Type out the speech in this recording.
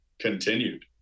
continued